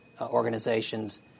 organizations